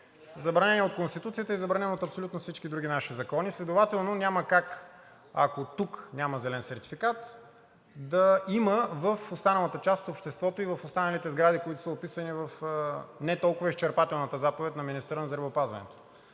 Забранен е и от Конституцията и забранен от всички други наши закони. Следователно няма как, ако тук няма зелен сертификат, да има в останалата част от обществото и в останалите сгради, които са описани в не толкова изчерпателната заповед на министъра на здравеопазването.